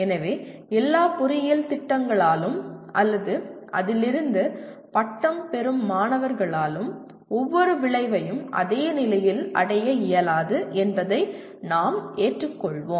எனவே எல்லா பொறியியல் திட்டங்களாலும் அல்லது அதிலிருந்து பட்டம் பெறும் மாணவர்களாலும் ஒவ்வொரு விளைவையும் அதே நிலையில் அடைய இயலாது என்பதை நாம் ஏற்றுக்கொள்வோம்